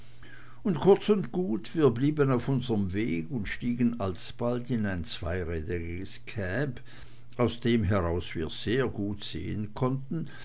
und kurz und gut wir blieben auf unserm weg und stiegen alsbald in ein zweirädriges cab aus dem heraus wir sehr gut sehen konnten